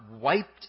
wiped